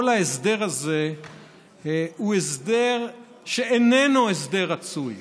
כל ההסדר הזה הוא הסדר שאיננו הסדר רצוי.